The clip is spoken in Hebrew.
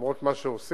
למרות מה שעושים,